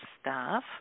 staff